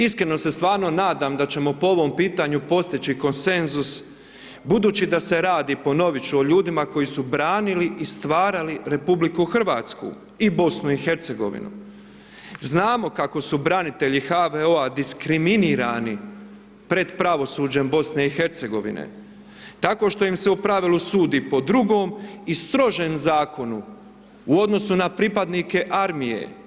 Iskreno se stvarno nadam da ćemo po ovom pitanju postići konsenzus budući da se radi ponovit ću, o ljudima koji su branili i stvarali RH i BiH, znamo kako su branitelji HVO-a diskriminirani pred pravosuđem BiH-a tako što im se u pravilu sudi po drugom i strožem zakonu u odnosu na pripadnike armije.